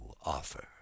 offer